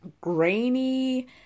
grainy